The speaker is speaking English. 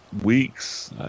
weeks